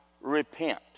repent